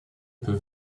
peu